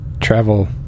travel